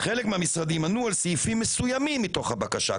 חלק מהמשרדים ענו על סעיפים מסוימים מתוך הבקשה,